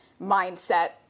mindset